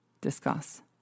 Discuss